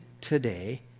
today